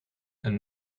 een